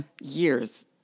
years